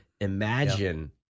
imagine